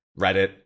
Reddit